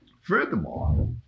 Furthermore